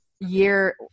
year